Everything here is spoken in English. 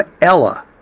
Ella